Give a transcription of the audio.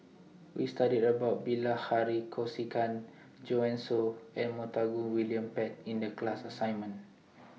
We studied about Bilahari Kausikan Joanne Soo and Montague William Pett in The class assignment